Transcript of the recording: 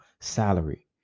salary